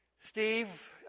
Steve